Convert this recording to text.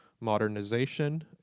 modernization